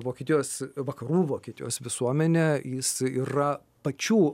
vokietijos vakarų vokietijos visuomenė jis yra pačių